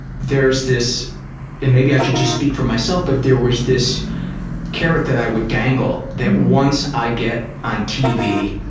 there's this and maybe i should just speak for myself but there was this carrot that i would dangle that once i get on tv,